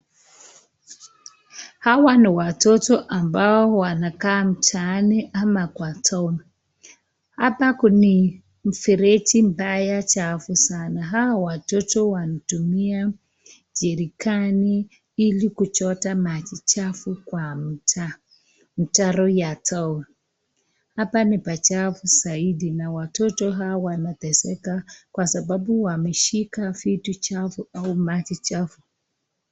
Hawa ni watoto ambayo wanakaa mtaani ama kwa town,(cs),hapa ni mfereji mbaya chafu sana ,hawa watoto wanatumia jerekani ilikuchota maji chafu kwa mtaa mtaro ya town [cs), hapa ni pachafu zaidi na watoto hawa wanateseka kwa sababu wameshika vitu chafu au maji chafu.